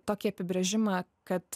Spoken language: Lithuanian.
tokį apibrėžimą kad